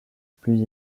plus